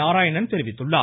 நாராயணன் தெரிவித்துள்ளார்